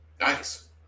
Nice